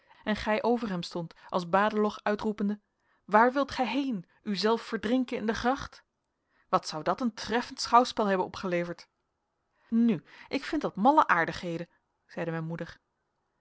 en gij over hem stondt als badeloch uitroepende waar wilt gij heen u zelf verdrinken in de gracht wat zou dat een treffend schouwspel hebben opgeleverd nu ik vind dat malle aardigheden zeide mijn moeder